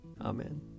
Amen